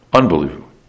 unbelievable